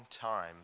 time